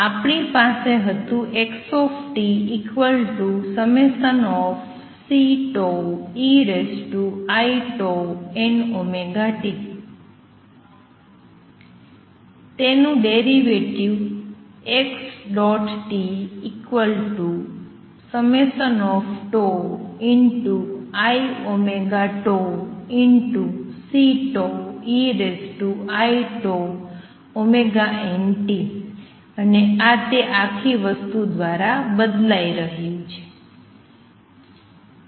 આપણી પાસે હતું xt∑Ceiτωt તેનું ડેરિવેટિવ xtiωτCeiτωt અને આ તે આખી વસ્તુ દ્વારા બદલાઈ રહ્યું છે